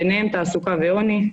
בהם תעסוקה ועוני,